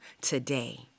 today